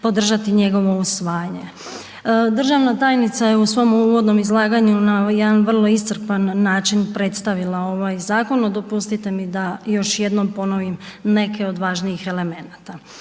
podržati njegovo usvajanje. Državna tajnica je u svom uvodnom izlaganju na jedan vrlo iscrpan način predstavila ovaj zakon, dopustite mi da još jednom ponovim neke od važnijih elemenata.